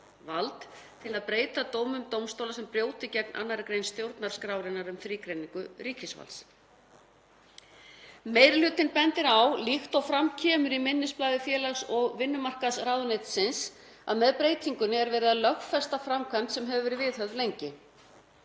vald til að breyta dómum dómstóla sem brjóti gegn 2. gr. stjórnarskrárinnar um þrígreiningu ríkisvalds. Meiri hlutinn bendir á, líkt og fram kemur í minnisblaði félags- og vinnumarkaðsráðuneytisins, að með breytingunni er verið að lögfesta framkvæmd sem hefur verið viðhöfð lengi.